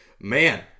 man